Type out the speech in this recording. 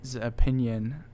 opinion